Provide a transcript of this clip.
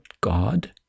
God